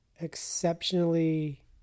exceptionally